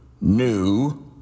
New